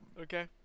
Okay